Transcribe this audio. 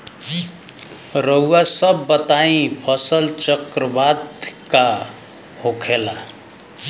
रउआ सभ बताई फसल चक्रवात का होखेला?